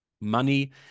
money